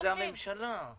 זו הממשלה.